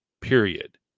period